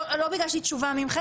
לא ביקשתי תשובה מכם,